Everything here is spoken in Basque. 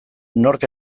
nork